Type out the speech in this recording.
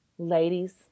Ladies